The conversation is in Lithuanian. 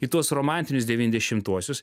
į tuos romantinius devyniasdešimtuosius